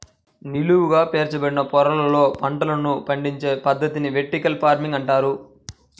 నిలువుగా పేర్చబడిన పొరలలో పంటలను పండించే పద్ధతిని వెర్టికల్ ఫార్మింగ్ అంటారు